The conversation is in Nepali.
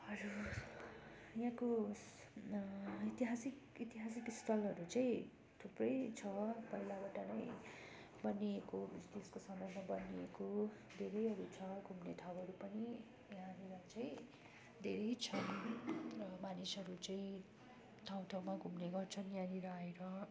अरू यहाँको ऐतिहासिक ऐतिहासिक स्थलहरू चाहिँ थुप्रै छ पहिलाबाट नै बनिएको ब्रिटिसको समयमा बनिएको धेरैहरू छ घुम्ने ठाउँहरू पनि यहाँनेर चाहिँ धेरै छन् मानिसहरू चाहिँ ठाउँ ठाउँमा घुम्ने गर्छन् यहाँनेर आएर